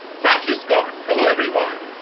thank you scott. hello everyone.